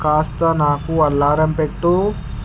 కాస్త నాకు అలారం పెట్టు